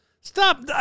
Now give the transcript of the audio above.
Stop